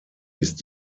ist